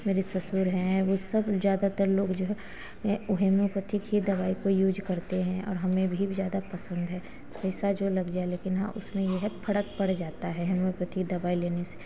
मेरे ससुर हैं वह सब ज़्यादातर लोग जो हैं वह होम्योपैथिक ही दवाई को यूज़ करते हैं और हमें भी ज़्यादा पसन्द है पैसा जो लग जाए लेकिन हाँ उसमें यह है फर्क पड़ जाता है होम्योपैथिक दवाई लेने से